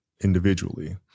individually